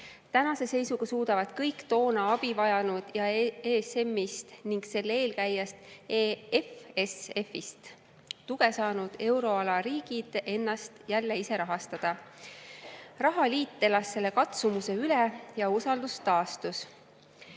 Tänase seisuga suudavad kõik toona abi vajanud ja ESM-ist ning selle eelkäijast EFSF-ist tuge saanud euroala riigid ennast jälle ise rahastada. Rahaliit elas selle katsumuse üle ja usaldus